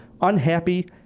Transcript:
unhappy